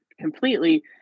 completely